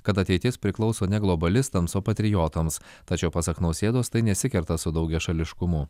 kad ateitis priklauso ne globalistams o patriotams tačiau pasak nausėdos tai nesikerta su daugiašališkumu